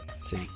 See